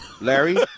Larry